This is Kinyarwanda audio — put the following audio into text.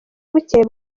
bukeye